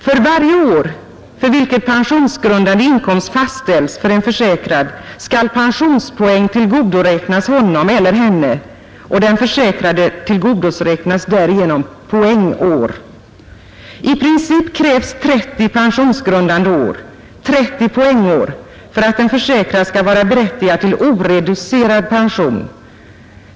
För varje år, för vilket pensionsgrundande inkomst fastställs för en försäkrad, skall pensionspoäng tillgodoräknas honom eller henne och den försäkrade tillgodoräknas därigenom poängår. I princip krävs 30 pensionsgrundande år, 30 poängår, för att en försäkrad skall vara berättigad till oreducerad pension.